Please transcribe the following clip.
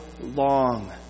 long